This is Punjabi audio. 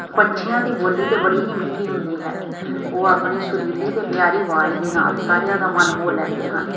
ਪੰਛੀਆਂ ਦੀ ਬੋਲੀ ਤਾਂ ਬੜੀ ਮਿੱਠੀ ਹੁੰਦੀ ਹੈ ਉਹ ਆਪਣੀ ਸੁਰੀਲੀ ਅਤੇ ਪਿਆਰੀ ਅਵਾਜ਼ ਦੇ ਨਾਲ਼ ਸਾਰਿਆਂ ਦਾ ਮਨ ਮੋਹ ਲੈਂਦੇ ਹਨ